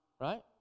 Right